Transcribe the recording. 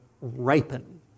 ripen